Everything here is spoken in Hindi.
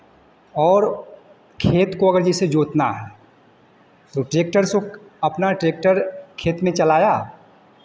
और खेत को अगर जैसे जोतना है तो ट्रैक्टर से अपना ट्रैक्टर खेत में चलाया